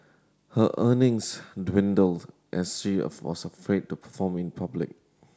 her earnings dwindled as she of was afraid to perform in public